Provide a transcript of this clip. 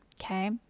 Okay